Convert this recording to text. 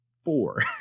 four